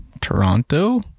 Toronto